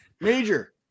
major